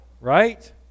right